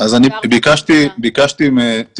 80 אחוזים, זה המון.